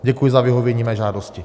Děkuji za vyhovění mé žádosti.